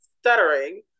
stuttering